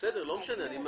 לא משנה.